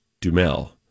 Dumel